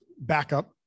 backup